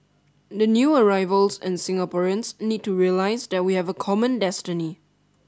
the new arrivals and Singaporeans need to realise that we have a common destiny